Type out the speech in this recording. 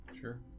Sure